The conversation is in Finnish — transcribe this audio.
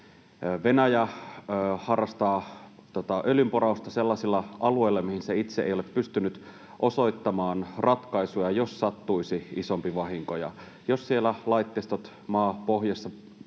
Venäjä harrastaa öljynporausta sellaisilla alueilla, mihin se itse ei ole pystynyt osoittamaan ratkaisuja, jos sattuisi isompi vahinko. Ja jos siellä laitteistot maapohjassa posahtavat,